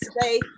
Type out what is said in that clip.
today